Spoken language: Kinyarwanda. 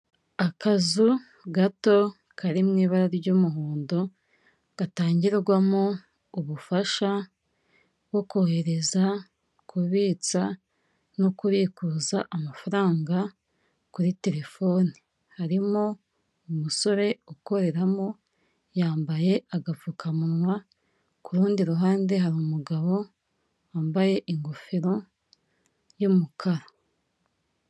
Akazu gato kari mu ibara ry'umuhondo gatangirwamo ubufasha bwo kohereza, kubitsa no kubikuza amafaranga kuri terefone, harimo umusore ukoreramo yambaye agapfukamunwa kuru rundi ruhande hari umugabo wambaye ingofero y'umukara.